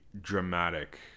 dramatic